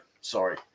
Sorry